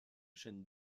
chêne